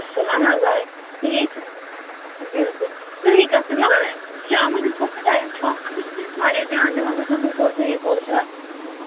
اَصٕل اَہن حظ آ ییٚتہِ چھِ بِلکُل صحیح کَتھ چھِ مگر شامَس ییٚمہِ ساتہٕ مےٚ ٹایم چھُ آسان بہٕ چھَس أمِس واریاہ دیان دِوان بہٕ چھَس ہُو کوٚر تہٕ یہِ کوٚرتھا